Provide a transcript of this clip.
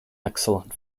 excellent